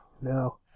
No